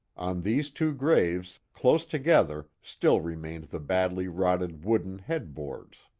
on these two graves, close together, still remained the badly rotted wooden head boards.